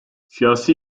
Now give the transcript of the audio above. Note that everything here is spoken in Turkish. siyasi